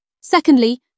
Secondly